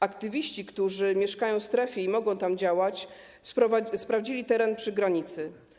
Aktywiści, którzy mieszkają w strefie i mogą tam działać, sprawdzili teren przy granicy.